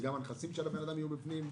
שגם הנכסים של האדם יהיו בפנים?